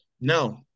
No